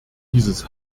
dieses